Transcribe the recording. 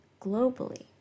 Globally